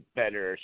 better